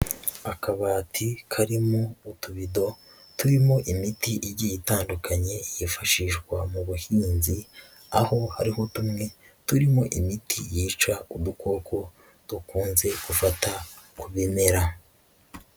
Akabati karimo utubido turimo imiti igiye itandukanye yifashishwa mu buhinzi, aho hariho tumwe turimo imiti yica udukoko dukunze gufata ku bimera.